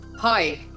Hi